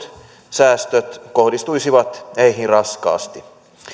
säästöt kohdistuisivat heihin raskaasti